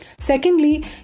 Secondly